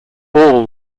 all